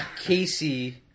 Casey